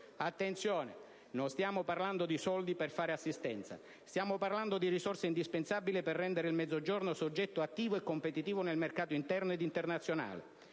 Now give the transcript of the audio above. Attenzione, non stiamo parlando di soldi per fare assistenza, stiamo parlando di risorse indispensabili per rendere il Mezzogiorno soggetto attivo e competitivo nel mercato interno e internazionale.